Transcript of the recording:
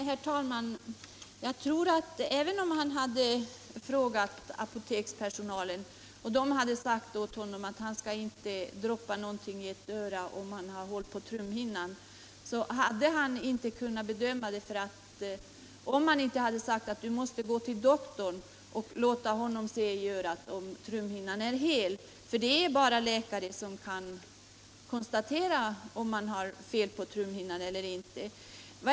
Herr talman! Jag tror att även om den här mannen hade frågat apotekspersonalen och fått rådet att inte droppa någonting i örat om han hade hål på trumhinnan, så hade han inte kunnat bedöma situationen om man inte hade sagt åt honom att gå till doktorn och låta honom se om trumhinnan var hel; det är ju bara läkare som kan konstatera om man har fel på trumhinnan eller inte.